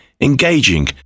engaging